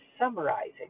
summarizing